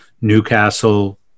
Newcastle